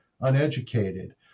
uneducated